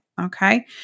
Okay